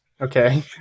Okay